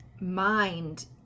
mind